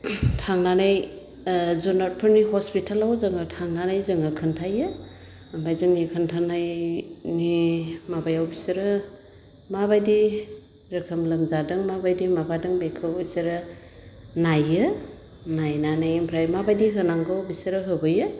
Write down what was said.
थांनानै जुनादफोरनि हस्पिटालाव जोङो थांनानै जोङो खोन्थायो आमफाय जोंनि खोन्थानायनि माबायाव बिसोरो माबायदि रोखोम लोमजादों माबायदि माबादों बेखौ बिसोरो नायो नायनानै आमफ्राय माबायदि होनांगौ बिसोरो होबोयो